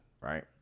Right